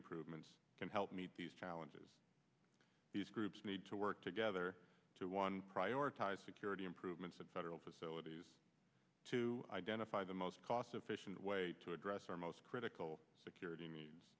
improvements can help meet these challenges these groups need to work together to one prioritize security improvements at federal facilities to identify the most cost efficient way to address our most critical security